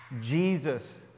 Jesus